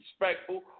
respectful